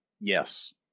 Yes